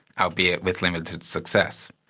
albeit with limited success.